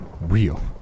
real